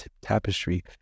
tapestry